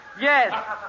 Yes